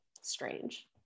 strange